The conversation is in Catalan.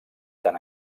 tant